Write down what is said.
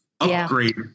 upgrade